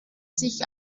sich